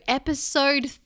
episode